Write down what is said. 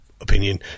opinion